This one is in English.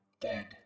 dead